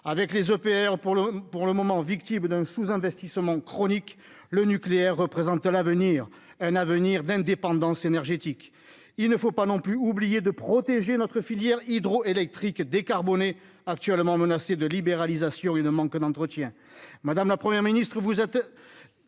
pour le, pour le moment, victime d'un sous-investissement chronique, le nucléaire représente l'avenir, un avenir d'indépendance énergétique, il ne faut pas non plus oublié de protéger notre filière hydroélectrique décarbonés actuellement menacé de libéralisation, il ne manque d'entretien Madame la première ministre ou vous êtes